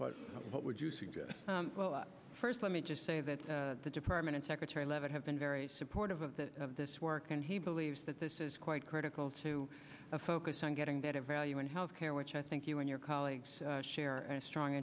room what would you suggest well first let me just say that the department and secretary leavitt have been very supportive of that this work and he believes that this is quite critical to focus on getting better value in health care which i think you and your colleagues share a strong